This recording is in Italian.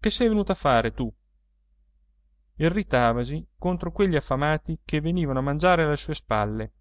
che sei venuta a fare tu irritavasi contro quegli affamati che venivano a mangiare alle sue spalle